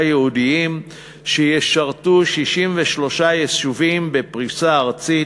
ייעודיים שישרתו 63 יישובים בפריסה ארצית,